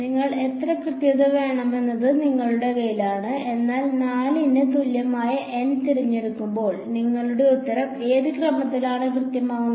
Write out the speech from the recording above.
നിങ്ങൾക്ക് എത്ര കൃത്യത വേണമെന്നത് നിങ്ങളുടെ കൈയിലാണ് എന്നാൽ 4 ന് തുല്യമായ N തിരഞ്ഞെടുക്കുമ്പോൾ നിങ്ങളുടെ ഉത്തരം ഏത് ക്രമത്തിലാണ് കൃത്യമാകുന്നത്